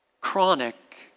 Chronic